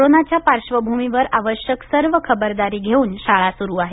कोरोनाच्या पार्श्वभूमीवर आवश्यक सर्व खबरदारी घेऊन शाळा सुरू आहेत